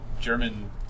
German